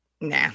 Nah